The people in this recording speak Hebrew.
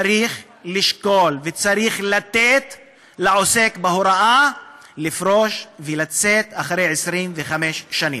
צריך לשקול וצריך לתת לעוסק בהוראה לפרוש ולצאת אחרי 25 שנים.